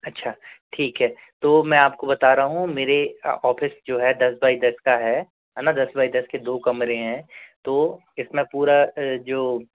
अच्छा ठीक है तो मैं आपको बता रहा हूँ मेरे ऑफ़िस जो है दस बाय दस का है है ना दस बाय दस के दो कमरे हैं तो इसमें पूरा जो